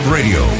Radio